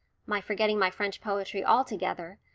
my forgetting my french poetry altogether,